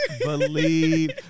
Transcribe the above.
Believe